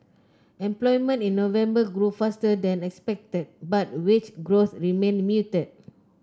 employment in November grew faster than expected but wage growth remained muted